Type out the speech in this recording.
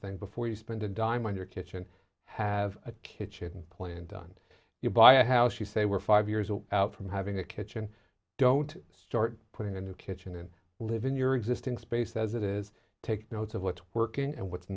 thing before you spend a dime on your kitchen have a kitchen plan done you buy a house you say we're five years out from having a kitchen don't start putting a new kitchen and live in your existing space as it is take notes of what's working and what's